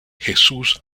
jesús